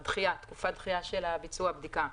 תקופת הדחייה לביצוע הבדיקה.